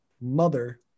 mother